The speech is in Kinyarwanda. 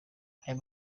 ayo